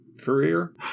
career